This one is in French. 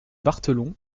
barthelon